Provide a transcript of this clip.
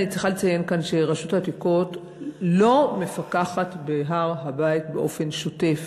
אני צריכה לציין כאן שרשות העתיקות לא מפקחת בהר-הבית באופן שוטף